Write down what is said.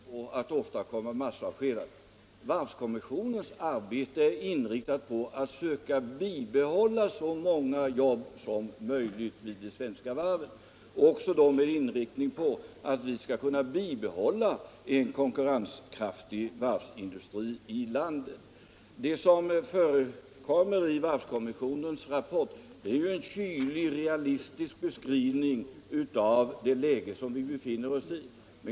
Herr talman! Mitt svar blir helt kort. Varvskommissionens arbete är inte inriktat på att åstadkomma massavskedanden. Varvskommissionens arbete är inriktat på att söka bibehålla så många jobb som möjligt vid de svenska varven och att vi skall kunna bibehålla en konkurrenskraftig varvsindustri i landet. Varvskommissionens rapport är ju en kylig och realistisk skrivning av det läge vi nu befinner oss i.